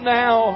now